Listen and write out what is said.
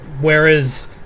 whereas